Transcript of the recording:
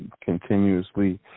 continuously